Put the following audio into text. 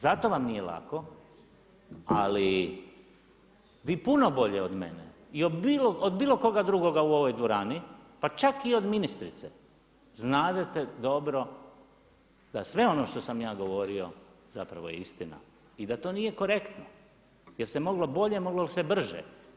Zato vam nije lako ali vi puno bolje od mene i od bilo koga drugoga u ovoj dvorani pa čak i od ministrice znadete dobro da sve ono što sam ja govorio zapravo je istina i da to nije korektno jer se moglo bolje, moglo se brže.